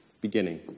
beginning